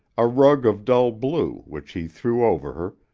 a rug of dull blue which he threw over her,